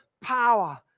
power